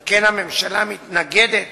על כן הממשלה מתנגדת